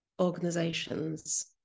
organizations